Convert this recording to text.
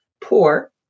poor